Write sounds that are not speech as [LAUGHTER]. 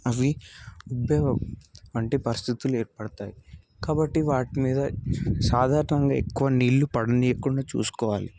అవి [UNINTELLIGIBLE] వంటి పరిస్థితులు ఏర్పడతాయి కాబట్టి వాటి మీద సాధారణంగా ఎక్కువ నీళ్ళు పడనీకుండా చూసుకోవాలి